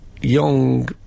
young